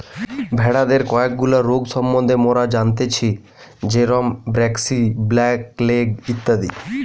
ভেড়াদের কয়েকগুলা রোগ সম্বন্ধে মোরা জানতেচ্ছি যেরম ব্র্যাক্সি, ব্ল্যাক লেগ ইত্যাদি